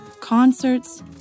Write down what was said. concerts